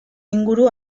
inguru